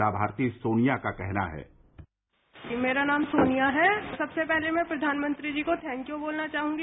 लाभार्थी सोनिया का कहना है मेरा नाम सोनिया है सबसे पहले मैं प्रधानमंत्री जी को थैंकयू बोलना चाहूँगी